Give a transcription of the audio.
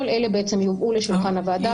כל אלה יובאו לשולחן הוועדה ויוצגו.